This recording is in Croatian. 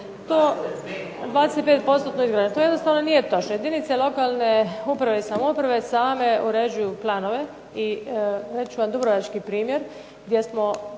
20% izgrađenost, to jednostavno nije točno. Jedinice lokalne uprave i samouprave same uređuju planove i reći ću vam Dubrovački primjer gdje smo